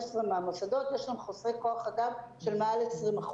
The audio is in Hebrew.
מהמוסדות יש חוסרי כוח אדם של מעל 20%,